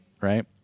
right